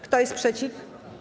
Kto jest przeciw?